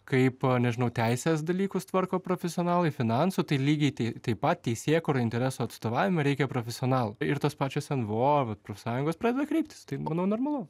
kaip nežinau teisės dalykus tvarko profesionalai finansų tai lygiai tai taip pat teisėkūrai interesų atstovavimui reikia profesionalų ir tos pačios nvo profsąjungos pradeda kreiptis tai manau normalu